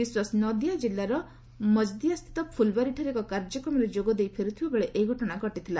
ବିଶ୍ୱାସ ନଦିଆ ଜିଲ୍ଲାର ମଜଦିଆସ୍ଥିତ ଫୁଲବାରିଠାରେ ଏକ କାର୍ଯ୍ୟକ୍ରମରେ ଯୋଗଦେଇ ଫେରୁଥିବାବେଳେ ଏହି ଘଟଣା ଘଟିଥିଲା